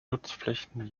nutzflächen